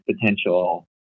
potential